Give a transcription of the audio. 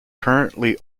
currently